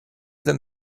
them